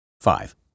five